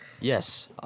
Yes